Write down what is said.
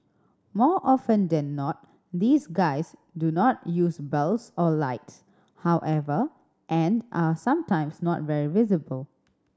more often than not these guys do not use bells or lights however and are sometimes not very visible